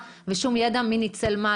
הסל.